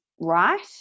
right